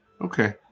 Okay